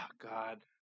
God